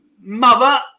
Mother